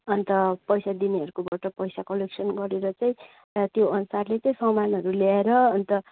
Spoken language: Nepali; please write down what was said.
अन्त पैसा दिनेहरूकोबाट पैसा कलेक्सन गरेर चाहिँ त्यो अनुसारले चाहिँ सामानहरू ल्याएर अन्त